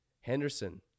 Henderson